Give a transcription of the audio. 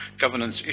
governance